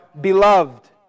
beloved